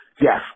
Yes